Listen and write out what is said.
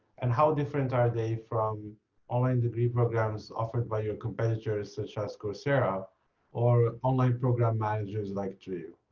and how different are they from online degree programs offered by your competitors such as coursera or online program managers like two